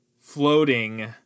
floating